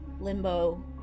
Limbo